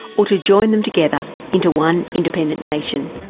or to join them together into one independent nation.